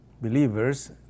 Believers